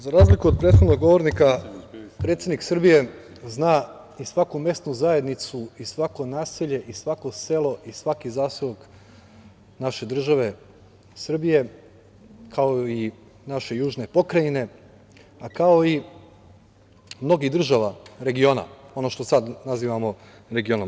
Za razliku od prethodnog govornika, predsednik Srbije zna i svaku mesnu zajednicu i svako naselje i svako selo i svaki zaseok naše države Srbije, kao i naše južne pokrajine, kao i mnogih država regiona, ono što sada nazivamo regionom.